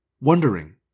wondering